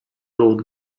old